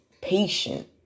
patient